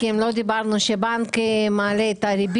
ציטטתי לך.